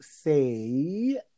say